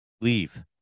leave